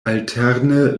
alterne